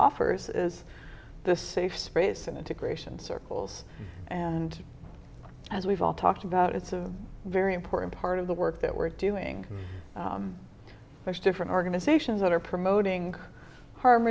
offers is the safe space and integration circles and as we've all talked about it's a very important part of the work that we're doing much different organizations that are promoting harm